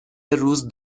روز